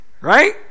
Right